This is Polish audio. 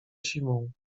zimą